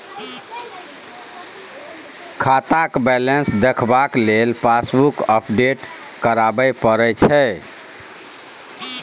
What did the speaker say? खाताक बैलेंस देखबाक लेल पासबुक अपडेट कराबे परय छै